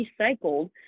recycled